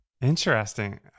Interesting